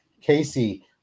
Casey